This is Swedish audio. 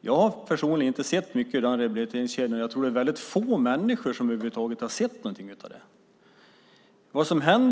Jag har personligen inte sett mycket av rehabiliteringskedjan, och jag tror att det är få människor som över huvud taget har sett något av den.